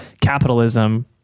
capitalism